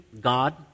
God